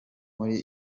muri